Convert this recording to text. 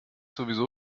sowieso